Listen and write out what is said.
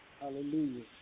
Hallelujah